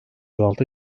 altı